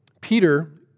Peter